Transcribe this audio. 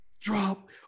drop